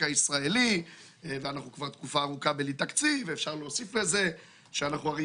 הישראלי ואנחנו תקופה ארוכה בלי תקציב ואפשר להוסיף לזה שאנחנו הרי